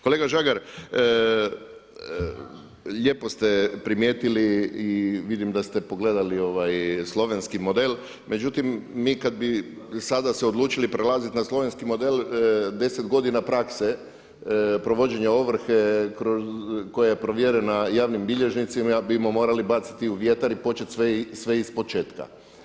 Kolega Žagar, lijepo ste primijetili i vidim da ste pogledali slovenski model, međutim mi kada bi se odlučili sada prelaziti na slovenski model 10 godina prakse provođenja ovrhe koja je provjerena javnim bilježnicima bimo morali baciti u vjetar i početi sve iz početka.